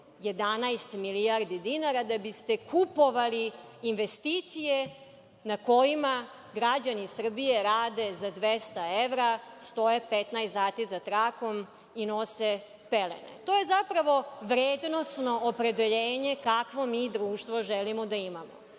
11 milijardi dinara, da biste kupovali investicije na kojima rađani Srbije rade za 200 evra, stoje 15 sati za trakom i nose pelene. To je zapravo vrednosno opredeljenje kakvo mi društvo želimo da imamo.